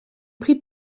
prit